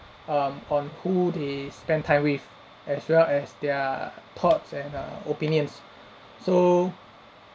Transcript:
um on who they spend time with as well as their thoughts and err opinions so